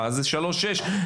אז זה שלוש עד שש,